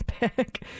back